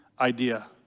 idea